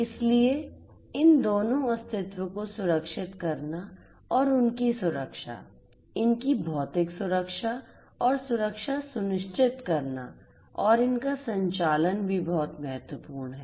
इसलिए इन दोनों अस्तित्व को सुरक्षित करना और उनकी सुरक्षा इनकी भौतिक सुरक्षा और सुरक्षा सुनिश्चित करना और इनका संचालन भी बहुत महत्वपूर्ण है